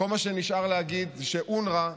כל מה שנשאר להגיד זה שאונר"א